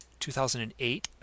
2008